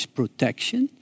protection